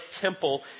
temple